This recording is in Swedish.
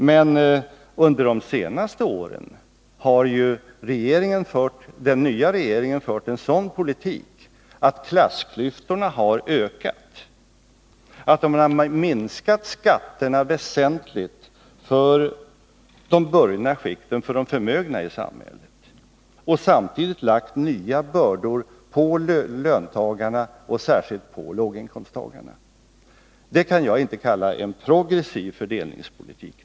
Men under de senaste åren har ju den nya regeringen fört en sådan politik att klassklyftorna har ökat. Man har minskat skatterna väsentligt för de förmögna i samhället och samtidigt lagt nya bördor på löntagarna och särskilt på låginkomsttagarna. Det kan jag inte kalla för en progressiv fördelningspolitik.